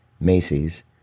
Macy's